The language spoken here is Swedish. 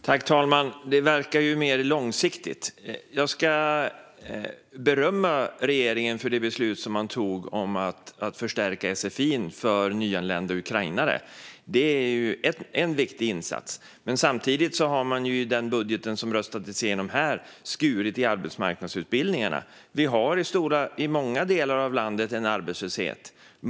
Herr talman! Det verkar ju mer långsiktigt. Jag ska berömma regeringen för det beslut man tog om att förstärka sfi:n för nyanlända ukrainare. Det är en viktig insats. Men samtidigt har man i den budget som röstades igenom här skurit i arbetsmarknadsutbildningarna. Vi har arbetslöshet i många delar av landet.